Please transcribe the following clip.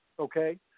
Okay